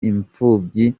imfubyi